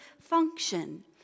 function